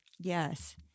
Yes